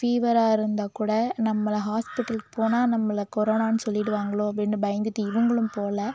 ஃபீவராக இருந்தால் கூட நம்ம ஹாஸ்பிட்டலுக்கு போனால் நம்மளை கொரோனான்னு சொல்லிவிடுவாங்களோ அப்படின்னு பயந்துகிட்டு இவங்களும் போகல